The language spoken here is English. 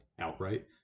outright